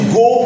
go